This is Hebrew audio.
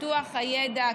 פיתוח הידע,